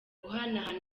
guhanahana